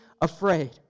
afraid